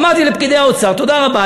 אמרתי לפקידי האוצר: תודה רבה,